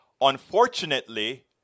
Unfortunately